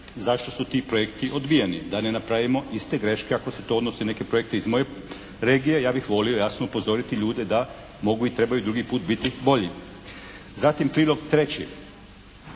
zašto su ti projekti odbijeni? Da ne napravimo iste greške ako se to odnosi na neke projekte iz moje regije, ja bih volio jasno upozoriti ljude da mogu i trebaju drugi put biti bolji. Zatim prilog 3.